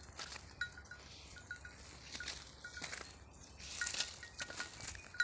ತೊಗರಿ ಸಸ್ಯಕ ಹಂತದಿಂದ, ಸಂತಾನೋತ್ಪತ್ತಿ ಹಂತದವರೆಗ ಬೆಳೆಯಾಕ ತಗೊಳ್ಳೋ ಸಮಯ ಎಷ್ಟರೇ?